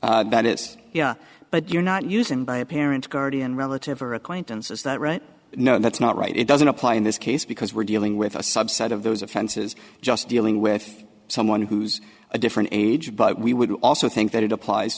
one that is but you're not using by a parent guardian relative or acquaintance is that right no that's not right it doesn't apply in this case because we're dealing with a subset of those offenses just dealing with someone who's a different age but we would also think that it applies